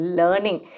learning